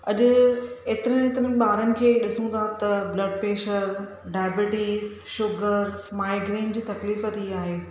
अॼु ऐतिरे ऐतिरनि ॿारनि खे डिसूं था त blood pressure diabetes sugar migraine जी तकलीफ़ु थी आहे